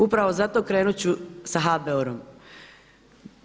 Upravo zato krenuti ću sa HBOR-om.